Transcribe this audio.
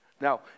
Now